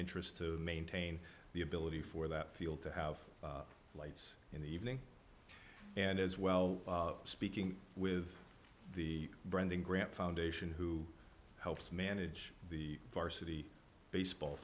interest to maintain the ability for that field to have lights in the evening and as well speaking with the branding grant foundation who helps manage the varsity baseball